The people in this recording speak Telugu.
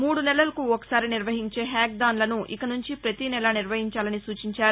మూడు నెలలకు ఒకసారి నిర్వహించే హ్యాక్థాన్లను ఇక నుంచి ప్రతి నెలా నిర్వహించాలని సూచించారు